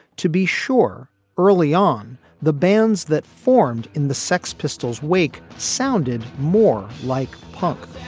to be sure early on the bands that formed in the sex pistols wake sounded more like punk